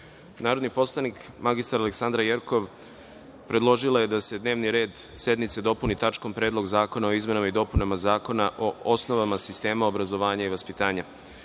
predlog. Narodni poslanik mr Aleksandra Jerkov predložila je da se dnevni red sednice dopuni tačkom – Predlog zakona o izmenama i dopunama Zakona o osnovama sistema obrazovanja i vaspitanja. Da